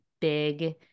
big